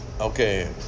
Okay